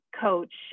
coach